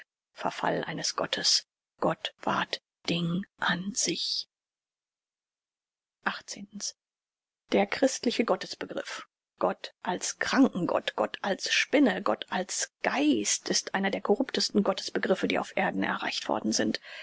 verfall eines gottes gott ward ding an sich der christliche gottesbegriff gott als krankengott gott als spinne gott als geist ist einer der corruptesten gottesbegriffe die auf erden erreicht worden sind